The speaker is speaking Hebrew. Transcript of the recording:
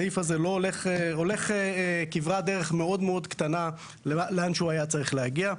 הסעיף הזה הולך כברת דרך מאוד מאוד קטנה לאן שהוא היה צריך להגיע.